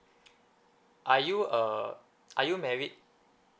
are you uh are you married